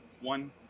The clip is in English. one